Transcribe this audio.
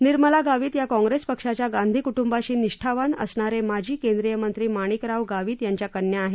निर्मला गावित या काँप्रेस पक्षाच्या गांधी कुटुंबाशी निष्ठावान असणारे माजी केंद्रीय मंत्री माणिकराव गावित यांच्या कन्या आहेत